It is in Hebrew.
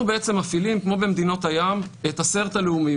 אנחנו בעצם מפעילים כמו במדינות הים את ה-Cert הלאומי.